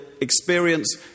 experience